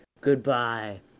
goodbye